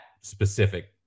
specific